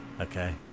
Okay